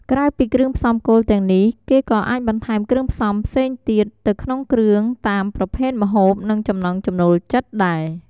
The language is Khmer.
ក្រៅពីគ្រឿងផ្សំគោលទាំងនេះ គេក៏អាចបន្ថែមគ្រឿងផ្សំផ្សេងទៀតទៅក្នុងគ្រឿងតាមប្រភេទម្ហូប និងចំណង់ចំណូលចិត្តដែរ។